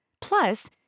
plus